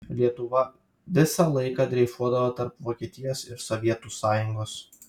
lietuva visą laiką dreifuodavo tarp vokietijos ir sovietų sąjungos